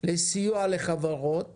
לסיוע לחברות